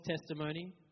testimony